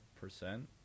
percent